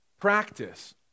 practice